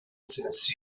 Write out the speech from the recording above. since